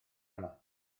map